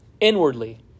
inwardly